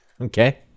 Okay